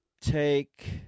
take –